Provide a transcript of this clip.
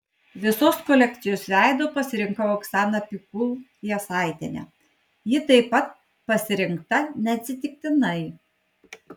visos kolekcijos veidu pasirinkau oksaną pikul jasaitienę ji taip pat pasirinkta neatsitiktinai